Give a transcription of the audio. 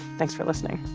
thanks for listening